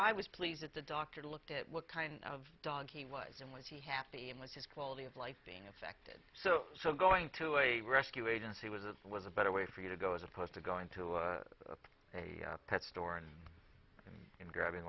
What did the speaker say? i was pleased that the doctor looked at what kind of dog he was in which he happy and with his quality of life being affected so so going to a rescue agency was it was a better way for you to go as opposed to going to a pet store and grabbing